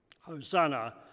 Hosanna